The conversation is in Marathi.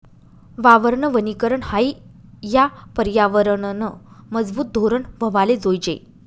वावरनं वनीकरन हायी या परयावरनंनं मजबूत धोरन व्हवाले जोयजे